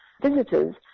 visitors